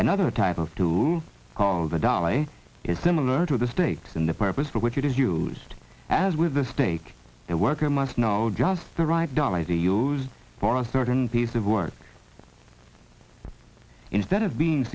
and other titles to call the dolly is similar to the stake in the purpose for which it is used as with the stake the worker must know just the right dolly used for a certain piece of work instead of being